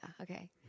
Okay